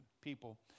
people